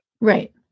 Right